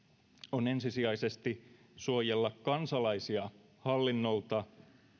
on ensisijaisesti suojella kansalaisia hallinnolta